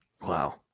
Wow